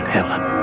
Helen